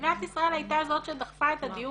מדינת ישראל הייתה זאת שדחפה את הדיור